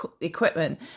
equipment